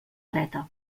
dreta